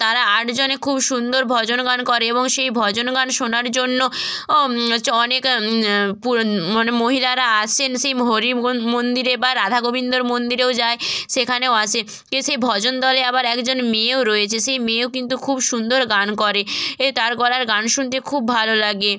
তারা আটজনে খুব সুন্দর ভজন গান করে এবং সেই ভজন গান শোনার জন্য অনেক পুর মানে মহিলারা আসেন সেই হরিমোহন মন্দিরে বা রাধাগোবিন্দর মন্দিরেও যায় সেখানেও আসে এসে ভজন দলে আবার একজন মেয়েও রয়েছে সেই মেয়েও কিন্তু খুব সুন্দর গান করে এ তার গলার গান শুনতে খুব ভালো লাগে